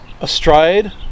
Astride